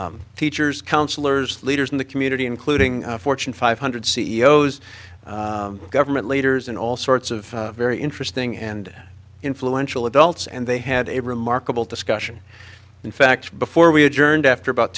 with teachers counselors leaders in the community including fortune five hundred c e o s government leaders and all sorts of very interesting and influential adults and they had a remarkable discussion in fact before we adjourned after about